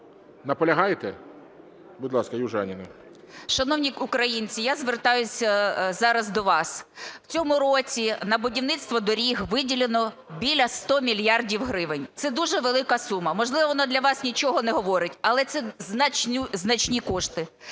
Наполягаєте? Будь ласка, Южаніна. 14:02:28 ЮЖАНІНА Н.П. Шановні українці, я звертаюсь зараз до вас. В цьому році на будівництво доріг виділено біля 100 мільярдів гривень, це дуже велика сума. Можливо, вона для вас нічого не говорить, але це значні кошти.